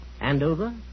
Andover